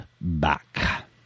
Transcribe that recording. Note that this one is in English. back